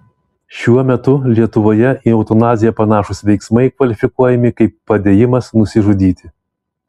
šiuo metu lietuvoje į eutanaziją panašūs veiksmai kvalifikuojami kaip padėjimas nusižudyti